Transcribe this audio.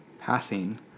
passing